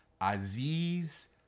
Aziz